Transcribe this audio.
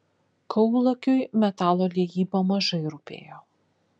kaulakiui metalo liejyba mažai rūpėjo